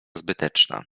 zbyteczna